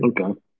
Okay